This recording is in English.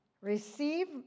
Receive